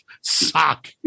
suck